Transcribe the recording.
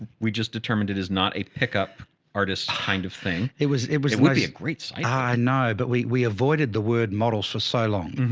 we just determined it is not a pickup artists kind of thing. it was, it was really a great site. i know, but we we avoided the word models for so long.